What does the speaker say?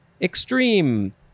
Extreme